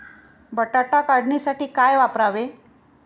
बटाटा काढणीसाठी काय वापरावे?